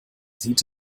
sieht